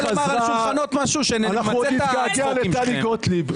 אנחנו עוד נתגעגע לטלי גוטליב.